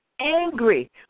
angry